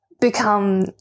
become